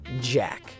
Jack